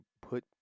put